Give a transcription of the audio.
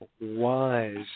wise